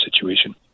situation